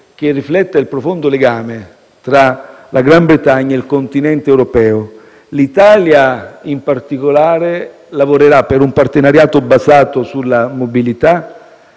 che rifletta il profondo legame tra la Gran Bretagna e il continente europeo. L'Italia, in particolare, lavorerà per un partenariato basato sulla mobilità,